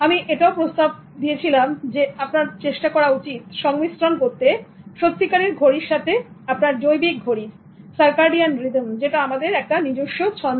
আমি এটাও প্রস্তাব করেছিলাম যে আপনার চেষ্টা করা উচিত সংমিশ্রণ করতে সত্যিকারের ঘড়ির সাথে আপনার জৈবিক ঘড়ির সারকাডিয়ান রিদম যেটা আমাদের নিজস্ব ছন্দ